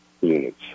units